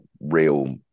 real